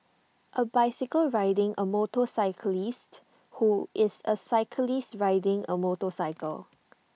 A bicycle riding A motorcyclist who is A cyclist riding A motorcycle